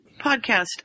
podcast